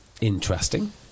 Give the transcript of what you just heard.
interesting